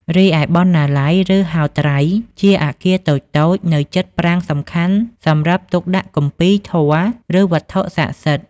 រីឯបណ្ណាល័យ ឬហោត្រៃ ជាអគារតូចៗនៅជិតប្រាង្គសំខាន់ សម្រាប់ទុកដាក់គម្ពីរធម៌ ឬវត្ថុស័ក្តិសិទ្ធិ។